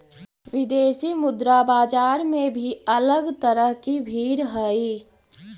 विदेशी मुद्रा बाजार में भी अलग तरह की भीड़ हई